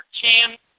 champ